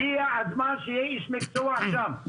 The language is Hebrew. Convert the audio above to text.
הגיע הזמן שיהיה איש מקצוע שם.